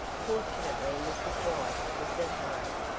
fortunately mrs. white was at home,